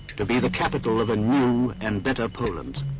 to be the capital of a new and better poland